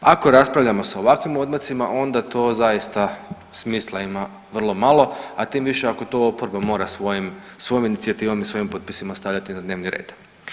Ako raspravljamo sa ovakvim odmacima onda to zaista smisla ima vrlo malo, a tim više ako to oporba mora svojom inicijativom i svojim potpisima stavljati na dnevni red.